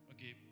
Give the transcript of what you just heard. Okay